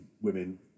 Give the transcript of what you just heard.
women